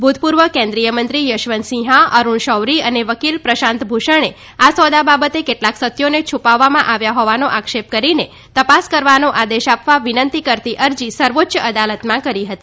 ભૂતપૂર્વ કેન્દ્રીયમંત્રી યવશંતસિંહા અરૂણ શૌરી અને વકીલ પ્રશાંત ભૂષણે આ સોદા બાબતે કેટલાંક સત્યોને છૂપાવવામાં આવ્યા હોવાનો આક્ષેપ કરીને તપાસ કરવાનો આદેશ આપવા વિનંતી કરતી અરજી સર્વોચ્ય અદાલતમાં કરી હતી